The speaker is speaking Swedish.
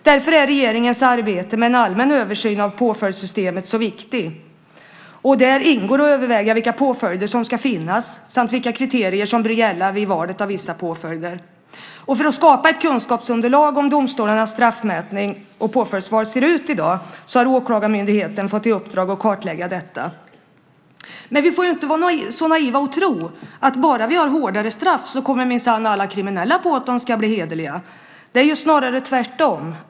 Därför är regeringens arbete med en allmän översyn av påföljdssystemet så viktigt. Där ingår att överväga vilka påföljder som ska finnas samt vilka kriterier som bör gälla vid valet av vissa påföljder. Åklagarmyndigheten har fått i uppdrag att kartlägga hur domstolarnas straffmätning och påföljdsval ser ut i dag för att på så sätt skapa ett kunskapsunderlag. Vi får inte vara så naiva och tro att bara för att vi har hårdare straff kommer minsann alla kriminella på att de ska bli hederliga. Det är ju snarare tvärtom.